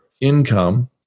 income